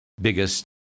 biggest